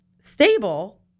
stable